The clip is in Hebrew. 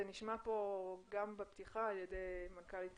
זה נשמע כאן גם בפתיחה על ידי מנכ"לית